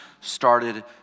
started